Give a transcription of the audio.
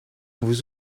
vous